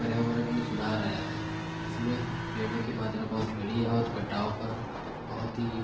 पर्यावरण में सुधार आया है जिसमें पेड़ों की मात्रा बहुत बड़ी है और कटाव पर बहुत ही